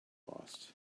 lost